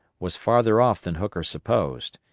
was farther off than hooker supposed,